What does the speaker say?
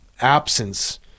absence